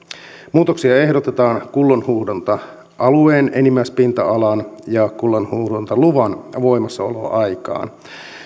muutoksia ehdotetaan kullanhuuhdonta alueen enimmäispinta alaan ja kullanhuuhdontaluvan voimassaoloaikaan